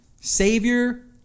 savior